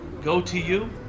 GoToYou